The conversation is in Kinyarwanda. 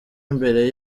imbere